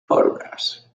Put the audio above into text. photographs